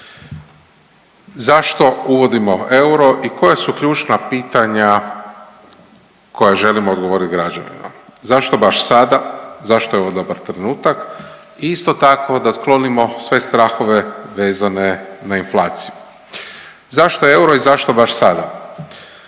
Zašto uvodimo euro i koja su ključna pitanja koja želimo odgovoriti građanima? Zašto baš sada, zašto je ovo dobar trenutak i isto tako da otklonimo sve strahove vezane na inflaciju. Zašto euro i zašto baš sada?